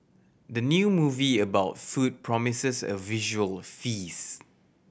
the new movie about food promises a visual face